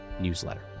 newsletter